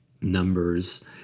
Numbers